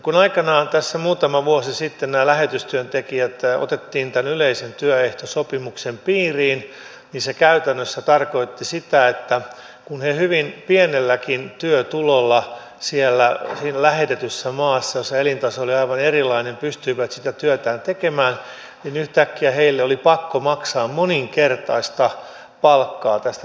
kun aikanaan tässä muutama vuosi sitten nämä lähetystyöntekijät otettiin tämän yleisen työehtosopimuksen piiriin niin se käytännössä tarkoitti sitä että kun he hyvin pienelläkin työtulolla siellä lähetetyssä maassa jossa elintaso oli aivan erilainen pystyivät sitä työtään tekemään niin yhtäkkiä heille oli pakko maksaa moninkertaista palkkaa tästä työn tekemisestä